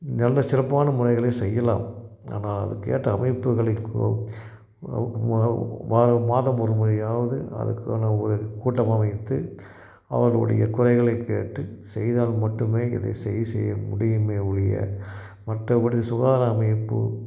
நல்ல சிறப்பான முறைகளை செய்யலாம் ஆனால் அதற்கு ஏற்ற அமைப்புகளை கொ வாரம் மாதம் ஒருமுறையாவது அதுக்கான ஒரு கூட்டம் அமைத்து அவர்களுடைய குறைகளை கேட்டு செய்தால் மட்டுமே இதை சரி செய்ய முடியுமே ஒழிய மற்றபடி சுகாதார அமைப்பு